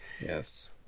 Yes